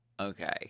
okay